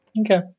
Okay